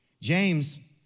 James